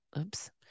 oops